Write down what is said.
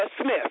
Smith